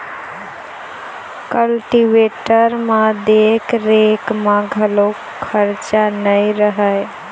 cultivator म देख रेख म घलोक खरचा नइ रहय